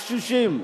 הקשישים,